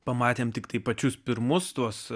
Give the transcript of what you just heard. pamatėme tiktai pačius pirmus tuos